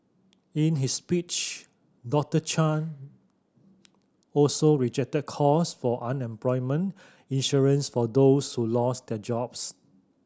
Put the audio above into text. in his speech Doctor Chan also rejected calls for unemployment insurance for those who lose their jobs